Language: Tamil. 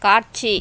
காட்சி